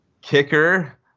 kicker